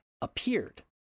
appeared